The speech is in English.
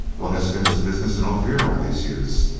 what has been his business in ophir all these years?